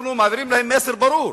אנחנו מעבירים להם מסר ברור.